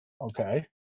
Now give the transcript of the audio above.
Okay